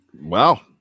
Wow